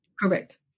Correct